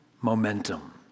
momentum